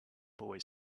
boy